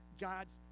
God's